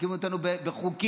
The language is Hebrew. משתיקים אותנו בחוקים,